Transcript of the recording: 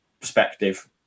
perspective